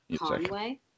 Conway